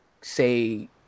say